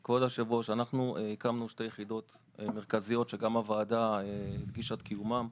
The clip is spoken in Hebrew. כל השבוע שהקמנו שתי יחידות מרכזיות שגם הוועדה הדגישה את קיומן.